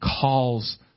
calls